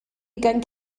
ugain